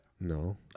no